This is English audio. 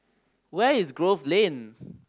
where is Grove Lane